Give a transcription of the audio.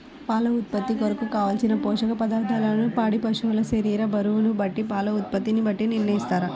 పాల ఉత్పత్తి కొరకు, కావలసిన పోషక పదార్ధములను పాడి పశువు శరీర బరువును బట్టి పాల ఉత్పత్తిని బట్టి నిర్ణయిస్తారా?